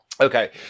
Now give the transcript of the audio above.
Okay